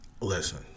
Listen